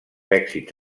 èxits